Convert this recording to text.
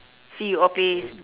see you all play s~